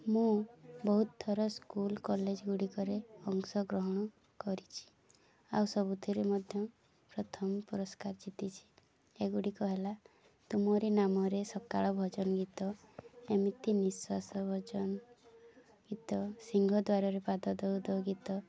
ମୁଁ ବହୁତ ଥର ସ୍କୁଲ୍ କଲେଜ୍ ଗୁଡ଼ିକରେ ଅଂଶଗ୍ରହଣ କରିଛି ଆଉ ସବୁଥିରେ ମଧ୍ୟ ପ୍ରଥମ ପୁରସ୍କାର ଜିତିଛି ଏଗୁଡ଼ିକ ହେଲା ତୁମରି ନାମରେ ସକାଳ ଭଜନ ଗୀତ ଏମିତି ନିଶ୍ୱାସ ଭଜନ ଗୀତ ସିଂହଦ୍ୱାରରେ ପାଦ ଦଉ ଦଉ ଗୀତ